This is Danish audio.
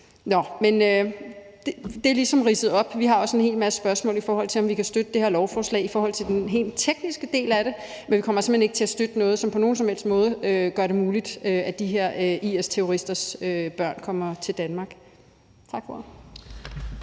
Det er ligesom ridset op. Vi har også en hel masse spørgsmål, i forhold til om vi kan støtte det her lovforslag, hvad angår den helt tekniske del af det. Men vi kommer simpelt hen ikke til at støtte noget, som på nogen som helst måde gør det muligt, at de her IS-terroristers børn kommer til Danmark. Tak for